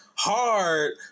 Hard